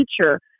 teacher